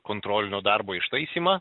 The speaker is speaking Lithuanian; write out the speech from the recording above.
kontrolinio darbo ištaisymą